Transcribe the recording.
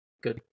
Good